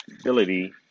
ability